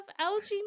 Algae